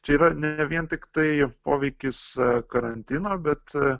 čia yra ne vien tiktai poveikis karantino bet